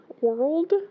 world